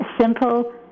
simple